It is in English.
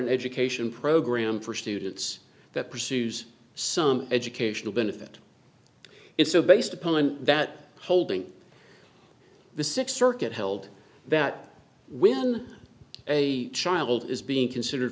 an education program for students that pursues some educational benefit is so based upon that holding the sixth circuit held that when a child is being considered